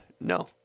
No